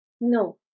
No